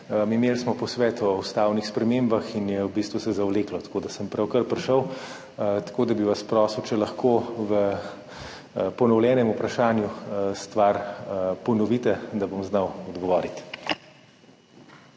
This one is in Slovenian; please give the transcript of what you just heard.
Imeli smo posvet o ustavnih spremembah in se je v bistvu zavleklo, tako da sem pravkar prišel in bi vas prosil, če lahko v ponovljenem vprašanju stvar ponovite, da bom znal odgovoriti.